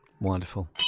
wonderful